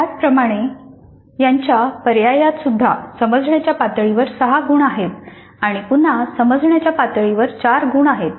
त्याचप्रमाणे याच्या पर्यायातसुद्धा समजण्याच्या पातळीवर 6 गुण आहेत आणि पुन्हा समजण्याच्या पातळीवर 4 गुण आहेत